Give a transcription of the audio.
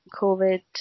COVID